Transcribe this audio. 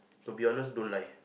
so be honest don't lie